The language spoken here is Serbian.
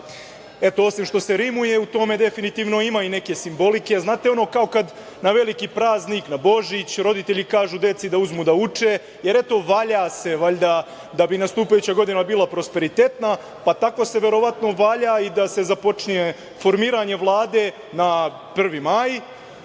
osim što se rimuje u tome definitivno ima i neke simbolike. Znate, ono kao kada na veliki praznik, na Božić, roditelji kažu deci da uzmu da uče, jer eto valja se, valjda, da bi nastupajuća godina bila prosperitetna, pa tako se verovatno valja i da se započinje formiranje Vlade na 1. maj,